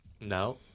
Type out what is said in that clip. No